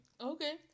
Okay